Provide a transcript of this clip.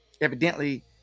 Evidently